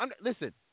listen